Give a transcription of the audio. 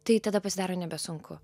tai tada pasidaro nebesunku